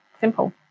simple